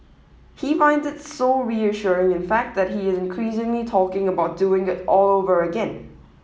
he find it so reassuring in fact that he is increasingly talking about doing it all over again